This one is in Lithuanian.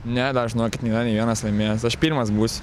ne dar žinokit nėra nei vienas nėra laimėjęs aš pirmas mūsų